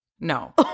no